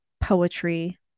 poetry